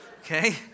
Okay